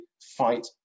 fight